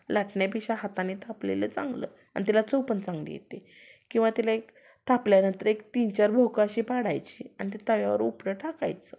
लाटण्यापेक्षा हाताने थापलेलं चांगलं आण त्याला चव पण चांगली येते किंवा त्याला एक थापल्यानंतर एक तीनचार भोकं अशी पाडायची आणि ते तव्यावर उपडं टाकायचं